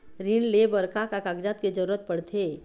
ऋण ले बर का का कागजात के जरूरत पड़थे?